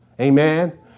Amen